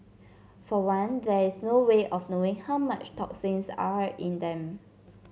for one there is no way of knowing how much toxins are in them